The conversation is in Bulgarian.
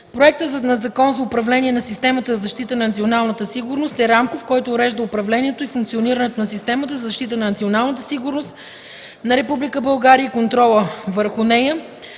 Проектът на закон за управлението на системата за защита на националната сигурност е рамков, който урежда управлението и функционирането на системата за защита на националната сигурност на Република България и контрола върху нея.